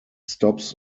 stops